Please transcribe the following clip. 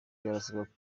barasabwa